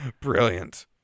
Brilliant